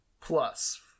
Plus